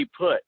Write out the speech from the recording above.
put